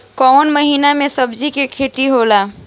कोउन महीना में सब्जि के खेती होला?